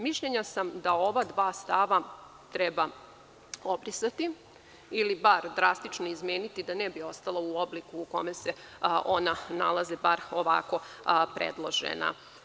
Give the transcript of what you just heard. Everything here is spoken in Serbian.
Mišljenja sam da ova dva stava treba obrisati ili bar drastično izmeniti, da ne bi ostalo u obliku u kome se ona nalazi, bar ovako predložen.